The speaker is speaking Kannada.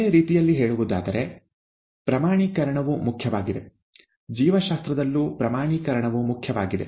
ಬೇರೆ ರೀತಿಯಲ್ಲಿ ಹೇಳುವುದಾದರೆ ಪ್ರಮಾಣೀಕರಣವು ಮುಖ್ಯವಾಗಿದೆ ಜೀವಶಾಸ್ತ್ರದಲ್ಲೂ ಪ್ರಮಾಣೀಕರಣವು ಮುಖ್ಯವಾಗಿದೆ